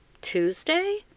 Tuesday